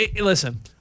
listen